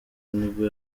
nibwo